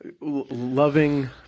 loving